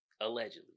Allegedly